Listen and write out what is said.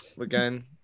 again